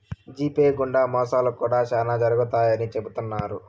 GPay గుండా మోసాలు కూడా శ్యానా జరుగుతాయని చెబుతున్నారు